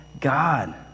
God